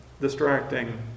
distracting